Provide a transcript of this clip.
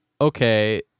okay